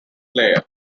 slayer